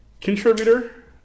contributor